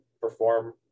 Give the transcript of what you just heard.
perform